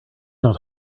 not